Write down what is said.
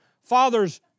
fathers